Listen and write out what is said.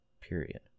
Period